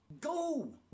Go